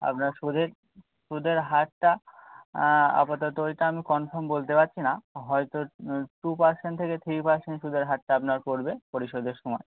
আপনার সুদের সুদের হারটা আপাতত ওইটা আমি কনফার্ম বলতে পারছি না হয়তো টু পার্সেন্ট থেকে থ্রি পার্সেন্ট সুদের হারটা আপনার পড়বে পরিশোধের সময়